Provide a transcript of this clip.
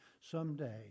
someday